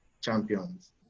champions